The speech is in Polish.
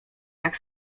jak